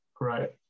right